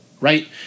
right